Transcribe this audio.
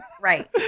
Right